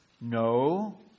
No